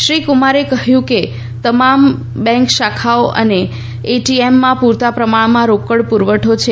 શ્રી કમુારે કહયું કે તમામ બેંક શાખાઓ અને એટીએમમાં પુરતા પ્રમાણમાં રોકડ પુરવઠો છે